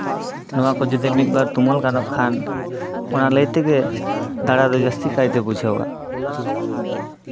ᱱᱚᱣᱟ ᱠᱚ ᱡᱩᱫᱤ ᱢᱤᱫ ᱵᱟᱨ ᱛᱩᱢᱟᱹᱞ ᱜᱟᱱᱚᱜ ᱠᱷᱟᱱ ᱚᱱᱟ ᱞᱟᱹᱭ ᱛᱮᱜᱮ ᱫᱟᱬᱟ ᱫᱚ ᱡᱟᱹᱥᱛᱤ ᱠᱟᱭᱛᱮ ᱵᱩᱡᱷᱟᱹᱣᱟ